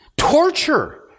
torture